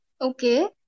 Okay